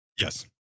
Yes